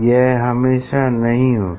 यह हमेशा नहीं होता